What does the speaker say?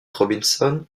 robinson